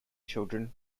children